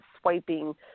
swiping